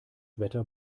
wetter